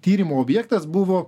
tyrimų objektas buvo